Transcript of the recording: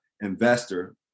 investor